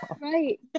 right